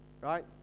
right